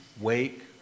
Wake